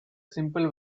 simple